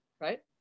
right